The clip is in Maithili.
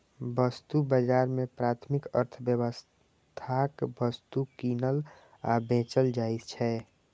वस्तु बाजार मे प्राथमिक अर्थव्यवस्थाक वस्तु कीनल आ बेचल जाइ छै